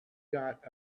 got